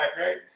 right